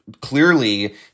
clearly